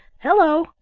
hello!